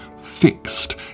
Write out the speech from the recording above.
fixed